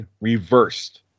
reversed